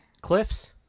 Cliff's